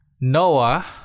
Noah